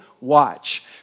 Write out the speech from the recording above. watch